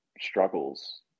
struggles